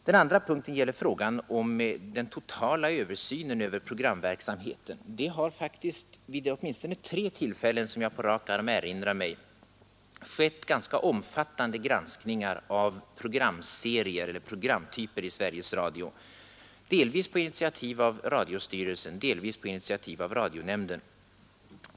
Den andra punkten gäller frågan om den totala översynen över programverksamheten, Det har vid åtminstone tre tillfällen, som jag på rak arm erinrar mig, skett ganska omfattande granskningar av programserier i Sveriges Radio, delvis på initiativ av radiostyrelsen, delvis på initiativ av radionämnden.